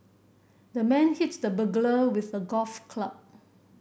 the man hit the burglar with a golf club